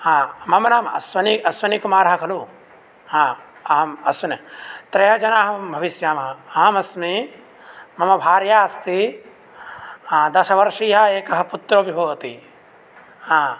हा मम नाम अअस्वनि अस्वनिकुमारः खलु हा अहम् अस्विनी त्रय जनाः भविष्यामः अहमस्मि मम भार्या अस्ति दशवर्षीयः एकः पुत्रोऽपि भवति हा